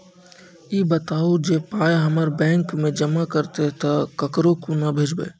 ई बताऊ जे पाय हमर बैंक मे जमा रहतै तऽ ककरो कूना भेजबै?